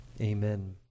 Amen